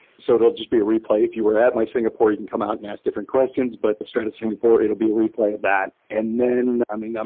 so it will just be a replay. if you are at my singapore, you can come out and ask different questions, but the strata singapore, it will be a replay of that. and then i mean, um